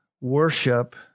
worship